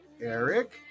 Eric